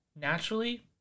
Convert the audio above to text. Naturally